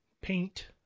paint